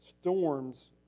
storms